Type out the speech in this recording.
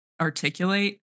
articulate